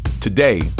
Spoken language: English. Today